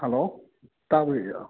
hello ꯇꯥꯕꯤꯔꯤꯔꯣ